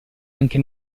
anche